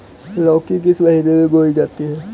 लौकी किस महीने में बोई जाती है?